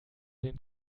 den